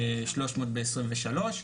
300 ב-2023.